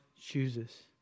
chooses